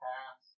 Pass